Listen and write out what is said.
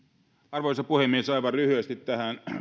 arvoisa puhemies aivan lyhyesti tähän